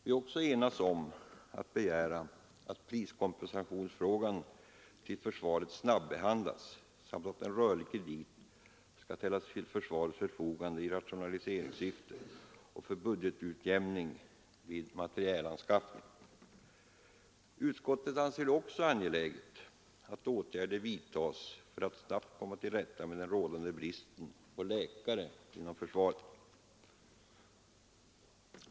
Vi har också enats om att begära att frågan om priskompensation till försvaret snabbehandlas samt att en rörlig kredit skall ställas till försvarets förfogande i rationaliseringssyfte och för budgetutjämning vid materielanskaffning. Utskottet anser det också angeläget att åtgärder vidtas för att snabbt komma till rätta med den rådande bristen på läkare inom försvaret.